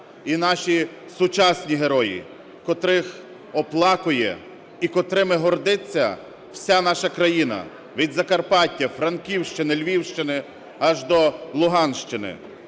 і наші сучасні герої, котрих оплакує і котрими гордиться вся наша країна від Закарпаття, Франківщини, Львівщини аж до Луганщини.